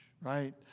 right